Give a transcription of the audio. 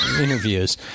interviews